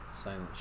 Silent